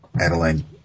Adeline